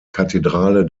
kathedrale